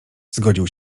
zgodził